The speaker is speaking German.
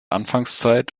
anfangszeit